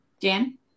Dan